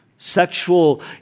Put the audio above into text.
Sexual